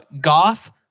Goff